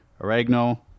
oregano